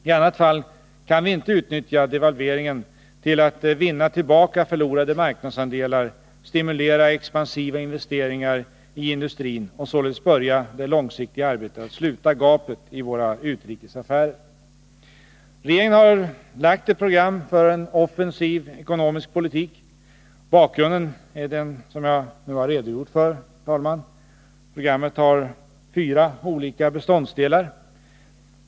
I annat fall kan vi inte utnyttja devalveringen till att vinna tillbaka förlorade marknadsandelar, stimulera expansiva investeringar i industrin och således börja det långsiktiga arbetet att sluta gapet i våra utrikesaffärer. Regeringen har lagt fram ett program för en offensiv ekonomisk politik. Bakgrunden är den som jag nu redogjort för. Programmet har fyra olika beståndsdelar.